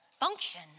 function